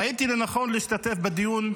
ראיתי לנכון להשתתף בדיון,